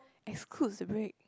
excludes the break